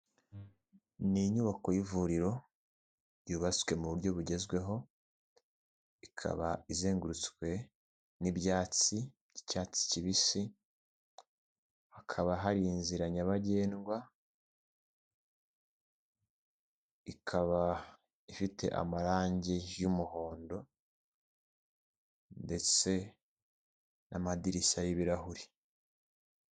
Ni inyubako y'ivuriro yubatswe mu buryo bugezweho ikaba izengurutswe n'ibyatsi by'icyatsi kibisi, hakaba hari inzira nyabagendwa, ikaba ifite amarangi y'umuhondo ndetse n'amadirishya y'ibirahuri.